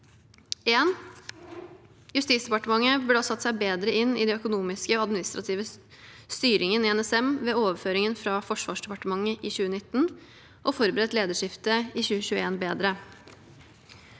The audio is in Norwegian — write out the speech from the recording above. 1. Justisdepartementet burde ha satt seg bedre inn i den økonomiske og administrative styringen i NSM ved overføringen fra Forsvarsdepartementet i 2019, og forberedt lederskiftet i 2021 bedre.